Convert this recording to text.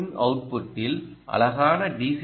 ஓவின் அவுட்புட்டில் அழகாக டி